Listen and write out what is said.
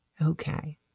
Okay